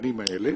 המתקנים האלה,